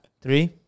Three